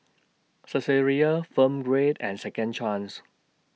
Saizeriya Film Grade and Second Chance